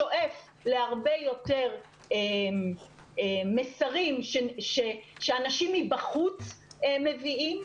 שואף להרבה יותר מסרים שאנשים מבחוץ מביאים.